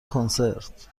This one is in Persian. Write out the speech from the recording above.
کنسرت